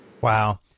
Wow